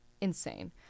insane